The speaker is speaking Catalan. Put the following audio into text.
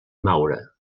maura